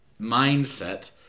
mindset